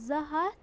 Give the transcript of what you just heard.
زٕ ہَتھ